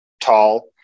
tall